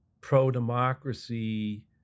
pro-democracy